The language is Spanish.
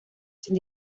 sin